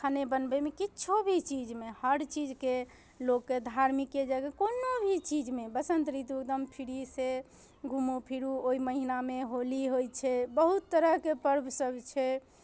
खाने बनबैमे किछु भी चीजमे हर चीजके लोकके धार्मिके जगह कोनो भी चीजमे बसन्त ऋतु एकदम फ्रीसँ घुमू फिरू ओहि महिनामे होली होइ छै बहुत तरहके पर्वसब छै